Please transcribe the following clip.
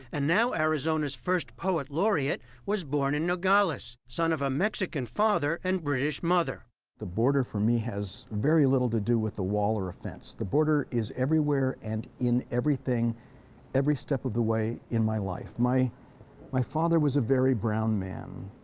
and now arizona's first poet laureate, was born in nogales, son of a mexican father and british mother. alberto rios the border for me has very little to do with the wall or a fence. the border is everywhere and in everything every step of the way in my life. my my father was a very brown man.